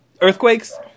Earthquakes